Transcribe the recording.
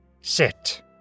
Sit